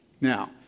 now